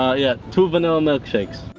ah yeah two vanilla milkshakes.